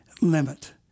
limit